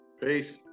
Peace